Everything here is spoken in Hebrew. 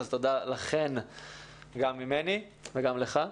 אז תודה לכן גם ממני וגם לך.